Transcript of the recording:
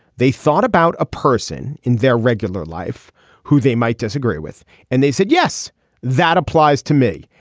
they thought about a person in their regular life who they might disagree with and they said yes that applies to me.